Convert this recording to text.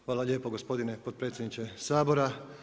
Hvala lijepo gospodine potpredsjedniče Sabora.